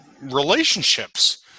Relationships